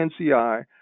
NCI